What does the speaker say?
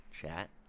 chat